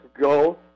go